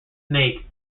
snake